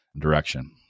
direction